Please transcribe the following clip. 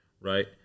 right